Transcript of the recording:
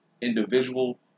individual